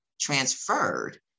transferred